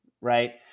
right